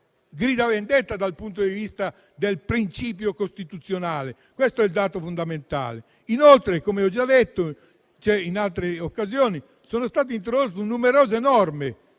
grida vendetta dal punto di vista del principio costituzionale. Inoltre, come ho già detto in altre occasioni, sono state introdotte numerose norme